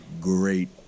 great